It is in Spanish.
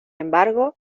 embargo